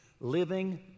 Living